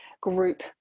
group